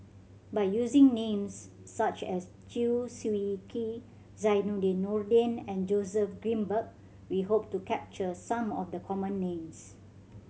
by using names such as Chew Swee Kee Zainudin Nordin and Joseph Grimberg we hope to capture some of the common names